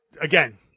again